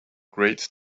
great